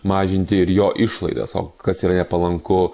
mažinti ir jo išlaidas o kas yra nepalanku